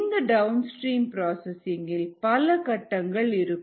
இந்த downstream processing இல் பல கட்டங்கள் இருக்கும்